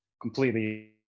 completely